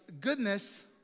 goodness